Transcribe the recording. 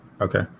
Okay